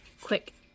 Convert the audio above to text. quick